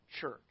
church